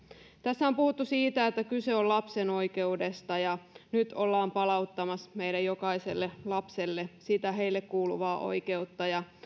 tässä on puhuttu siitä että kyse on lapsen oikeudesta nyt ollaan palauttamassa meidän jokaiselle lapselle sitä heille kuuluvaa oikeutta ja